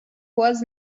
was